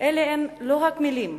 אלה לא רק מלים.